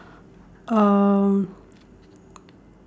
uh